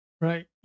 Right